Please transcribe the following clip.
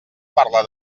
parla